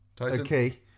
Okay